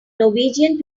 norwegian